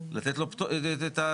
לתת את זה.